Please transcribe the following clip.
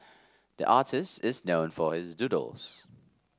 the artist is known for his doodles